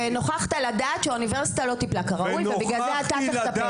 ונוכחת לדעת שהאוניברסיטה לא טיפלה כראוי ובגלל זה אתה צריך לטפל.